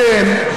אתם,